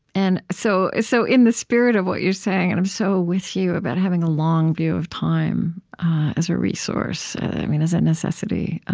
and so so in the spirit of what you're saying, and i'm so with you about having a long view of time as a resource i mean as a necessity,